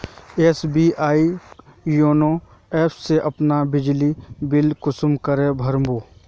SBI YONO app से अपना बिजली बिल कुंसम करे भर बो?